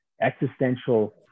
existential